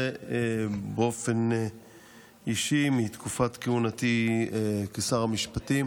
באופן אישי מתקופת כהונתי כשר המשפטים,